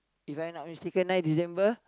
If I am not mistaken nine December